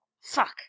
Fuck